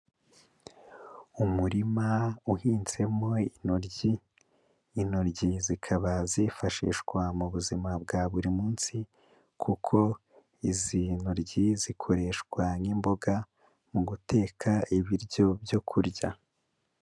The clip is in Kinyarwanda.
Umurima uhinzemo intoryi, intoryi zikaba zifashishwa mu buzima bwa buri munsi kuko izi ntoryi zikoreshwa nk'imboga mu guteka ibiryo byo kurya.